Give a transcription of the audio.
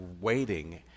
waiting